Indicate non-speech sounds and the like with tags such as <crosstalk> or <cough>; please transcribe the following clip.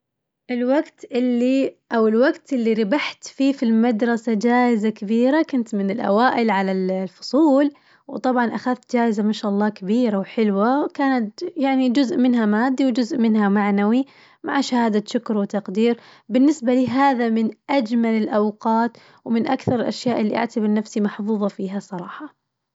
الوقت اللي أو الوقت اللي ربحت فيه في المدرسة جائزة كبيرة وكنت من الأوائل على ال- <hesitation> الفصول، وطبعاً أخذت جايزة ما شاء الله كبيرة وحلوة وكانت يعني جزء منها مادي وجزء منها معنوي، مع شهادة شكر وتقدير، بالنسبة لي هذا من أجمل الأوقات ومن أكثر الأشياء اللي أعتبر نفسي محظوظة فيها صراحة.